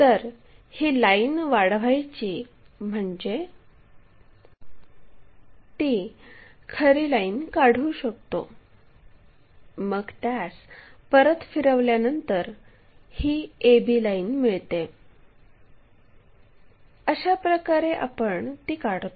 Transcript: तर ही लाईन वाढवायची म्हणजे ती खरी लाईन काढू शकतो मग त्यास परत फिरवल्यानंतर ही AB लाईन मिळते अशाप्रकारे आपण ती काढतो